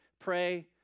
pray